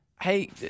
Hey